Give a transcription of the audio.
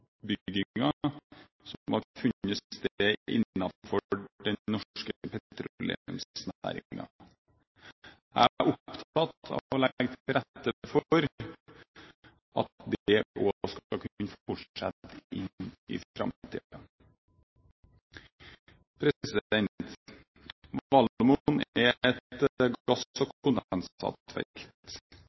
kunnskapsoppbyggingen som har funnet sted innenfor den norske petroleumsnæringen. Jeg er opptatt av å legge til rette for at det også skal kunne fortsette inn i framtiden. Valemon er et